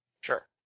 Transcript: Sure